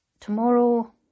tomorrow